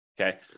Okay